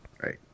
right